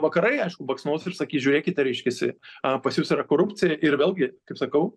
vakarai aišku baksnos ir sakys žiūrėkite reiškiasi pas jus yra korupcija ir vėlgi kaip sakau